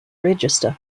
register